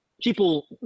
people